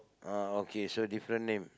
orh okay so different name